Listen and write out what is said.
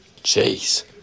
Jeez